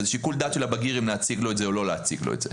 וזה שיקול דעת של הבגיר אם להציג או לא להציג לו את זה.